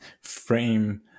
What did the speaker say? frame